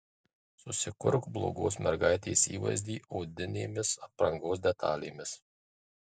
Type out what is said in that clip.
susikurk blogos mergaitės įvaizdį odinėmis aprangos detalėmis